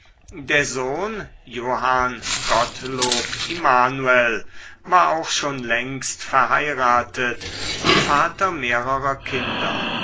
der sohn johann gottlob immanuel war auch schon längst verheiratet und vater mehrerer kinder